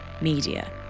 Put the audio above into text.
media